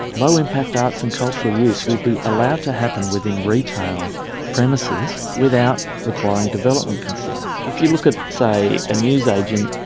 low impact arts and cultural use will be allowed to happen within retail premises without requiring development consent. if you look at, say, a newsagent,